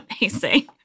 amazing